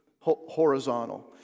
horizontal